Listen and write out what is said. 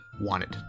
wanted